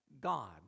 God